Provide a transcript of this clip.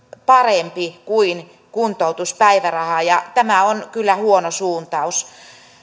parempi kuin kuntoutuspäiväraha ja tämä on kyllä huono suuntaus